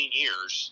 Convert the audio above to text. years